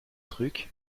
truc